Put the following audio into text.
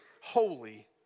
holy